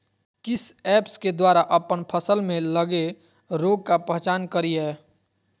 किस ऐप्स के द्वारा अप्पन फसल में लगे रोग का पहचान करिय?